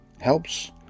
helps